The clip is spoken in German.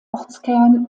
ortskern